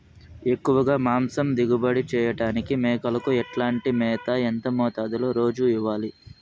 ఎక్కువగా మాంసం దిగుబడి చేయటానికి మేకలకు ఎట్లాంటి మేత, ఎంత మోతాదులో రోజు ఇవ్వాలి?